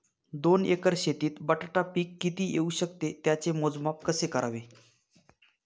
दोन एकर शेतीत बटाटा पीक किती येवू शकते? त्याचे मोजमाप कसे करावे?